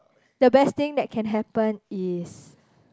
the best thing that can happen is